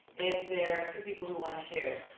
if there are two people who wanna share.